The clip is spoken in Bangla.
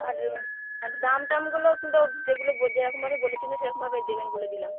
আর ও আর দাম টামগুলো কিন্তু যেগুলো ব যেরকমভাবে বলেছিলো সেরকমভাবে দেবেন বলে দিলাম